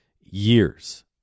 years